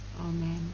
amen